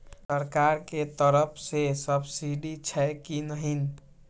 सरकार के तरफ से सब्सीडी छै कि नहिं?